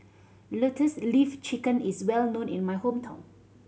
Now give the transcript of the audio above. Lotus Leaf Chicken is well known in my hometown